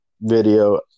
video